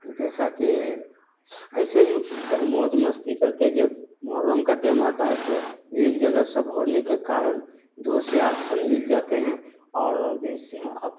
جیسا کہ ایسے ہی پھر موج مستی کرتے جب محرم کا ٹیم آتا ہے تو ایک جگہ سب ہونے کے کارن دوست یار سب مل جاتے ہیں اور اور دن سے